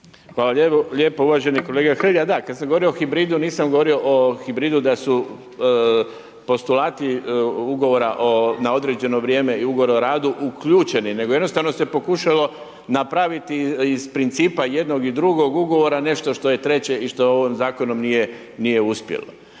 Hvala lijepo, uvaženi kolega Hrelja da, kada sam govorio o hibridu, nisam govorio o hibridu da su postulati ugovora na određeno vrijeme i ugovora o radu uključeno, nego jednostavno se pokušalo napraviti iz principa jednog i drugog, ugovora nešto što je treće i što u ovom zakonu nije uspjelo.